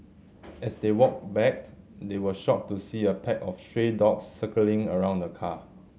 as they walked back they were shocked to see a pack of stray dogs circling around the car